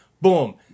boom